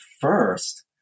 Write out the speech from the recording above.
first